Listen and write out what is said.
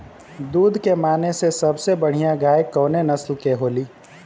दुध के माने मे सबसे बढ़ियां गाय कवने नस्ल के होली?